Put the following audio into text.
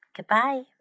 Goodbye